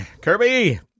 Kirby